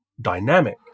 dynamic